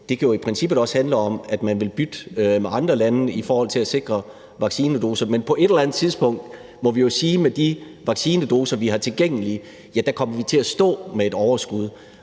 det kan i princippet også handle om, at man vil bytte med andre lande i forhold til at sikre vaccinedoser. Men på et eller andet tidspunkt må vi jo sige med de vaccinedoser, vi har tilgængelige, at der kommer vi til at stå med et overskud.